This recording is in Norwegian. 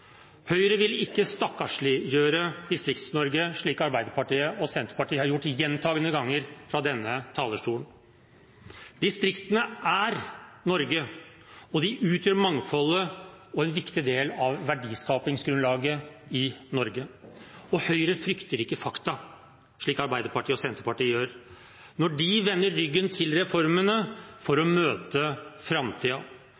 Høyre vil ikke stakkarsliggjøre Distrikts-Norge, som Arbeiderpartiet og Senterpartiet har gjort gjentakende ganger fra denne talerstolen. Distriktene er Norge, og de utgjør mangfoldet og en viktig del av verdiskapingsgrunnlaget i Norge. Høyre frykter ikke fakta, som Arbeiderpartiet og Senterpartiet gjør når de vender ryggen til reformene for